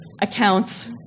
accounts